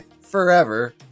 forever